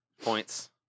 points